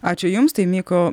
ačiū jums tai myko